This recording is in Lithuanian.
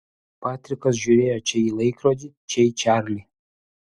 patrikas žiūrėjo čia į laikrodį čia į čarlį